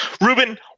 Ruben